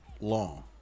long